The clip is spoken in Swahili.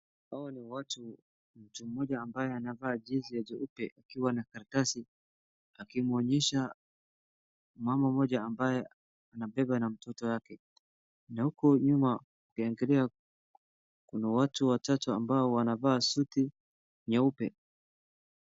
hawa ni watu , mtu mmoja ambaye anavaa jezi ya jeupe akiwa na karatasi akimuonyesha mama mmoja ambaye amebeba mtoto wake na huko nyuma ukiangalia kuna watu watatu ambao wanavaa suti nyeupe